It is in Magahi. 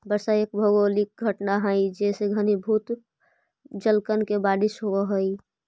वर्षा एक भौगोलिक घटना हई जेसे घनीभूत जलकण के बारिश होवऽ हई